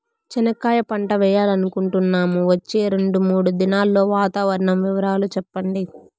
చెనక్కాయ పంట వేయాలనుకుంటున్నాము, వచ్చే రెండు, మూడు దినాల్లో వాతావరణం వివరాలు చెప్పండి?